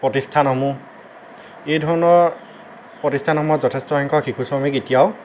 প্ৰতিষ্ঠান সমূহ এই ধৰণৰ প্ৰতিষ্ঠান সমূহত যথেষ্ট সংখ্যক শিশু শ্ৰমিক এতিয়াও